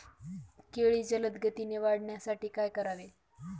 केळी जलदगतीने वाढण्यासाठी काय करावे?